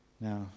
Now